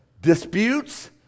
disputes